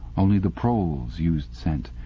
only the proles used scent.